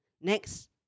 Next